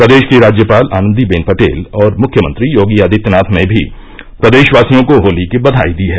प्रदेश की राज्यपाल आनन्दीबेन पटेल और मुख्यमंत्री योगी आदित्यनाथ ने भी प्रदेशवासियों को होली की बघाई दी है